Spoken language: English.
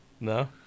No